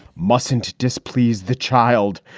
mustnt displeased the child.